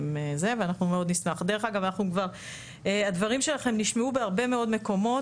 דרך אגב, הדברים שלכם נשמעו בהרבה מאוד מקומות.